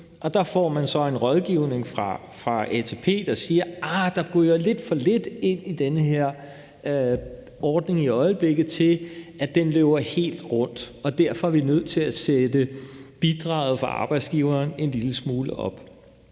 og der får man så en rådgivning fra ATP, der siger: Arh, der ryger lidt for lidt ind i denne her ordning i øjeblikket til, at den løber helt rundt, og derfor er vi nødt til at sætte bidraget for arbejdsgiveren en lille smule op.